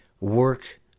work